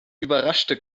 überraschte